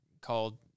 called